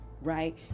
right